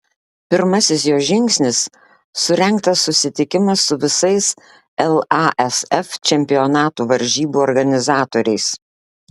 pirmasis jo žingsnis surengtas susitikimas su visais lasf čempionatų varžybų organizatoriais